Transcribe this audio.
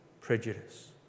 prejudice